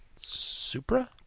Supra